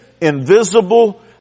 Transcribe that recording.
invisible